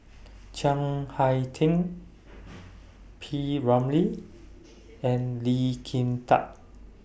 Chiang Hai Ding P Ramlee and Lee Kin Tat